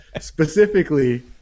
specifically